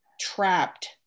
trapped